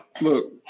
Look